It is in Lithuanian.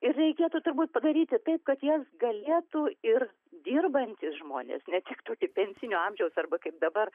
ir reikėtų turbūt padaryti taip kad jas galėtų ir dirbantys žmonės ne tik tokie pensinio amžiaus arba kaip dabar